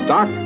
Doc